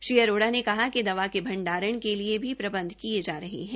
श्री अरोड़ा ने कहा कि दव के भंडारण के लिए प्रबंध किये जा रहे है